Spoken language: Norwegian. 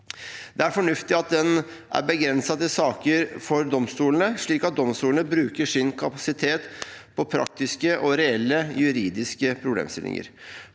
Det er fornuftig at den er begrenset til saker for domstolene, slik at domstolene bruker sin kapasitet på praktiske og reelle juridiske problemstillinger.